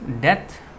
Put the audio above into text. Death